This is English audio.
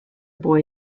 boy